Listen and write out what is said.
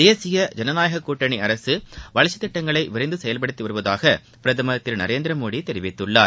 தேசிய ஜனநாயக கூட்டணி அரசு வளர்ச்சித் திட்டங்களை விரைந்து செயல்படுத்தி வருவதாக பிரதமர் திரு நரேந்திரமோடி தெரிவித்துள்ளார்